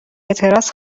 اعتراض